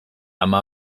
ama